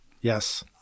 Yes